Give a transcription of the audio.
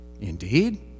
Indeed